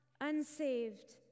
unsaved